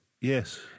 Yes